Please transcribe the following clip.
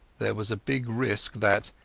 there was a big risk that,